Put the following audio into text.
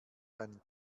seinen